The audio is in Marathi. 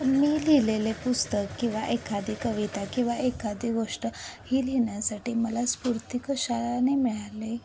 मी लिहिलेले पुस्तक किंवा एखादी कविता किंवा एखादी गोष्ट ही लिहिण्यासाठी मला स्फूर्ती कशाने मिळाले